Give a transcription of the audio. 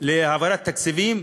להעברת תקציבים,